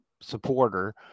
supporter